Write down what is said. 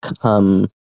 come